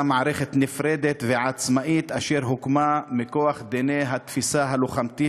מערכת נפרדת ועצמאית אשר הוקמה מכוח דיני התפיסה הלוחמתית